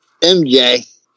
MJ